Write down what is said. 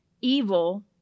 evil